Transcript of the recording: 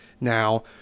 Now